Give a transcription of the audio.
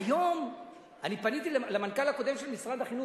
היום אני פניתי למנכ"ל הקודם של משרד החינוך,